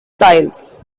tiles